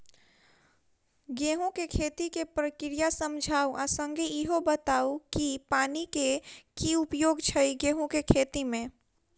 गेंहूँ केँ खेती केँ प्रक्रिया समझाउ आ संगे ईहो बताउ की पानि केँ की उपयोग छै गेंहूँ केँ खेती में?